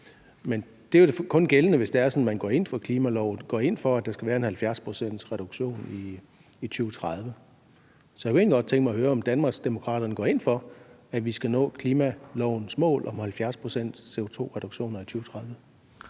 Men det er jo kun gældende, hvis man går ind for klimaloven og går ind for, at der skal være en 70-procentsreduktion i 2030. Så jeg kunne egentlig godt tænke mig at høre, om Danmarksdemokraterne går ind for, at vi skal nå klimalovens mål om 70 pct. reduktion af